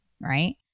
Right